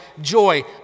joy